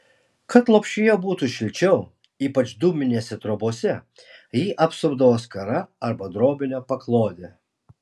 kad lopšyje būtų šilčiau ypač dūminėse trobose jį apsupdavo skara arba drobine paklode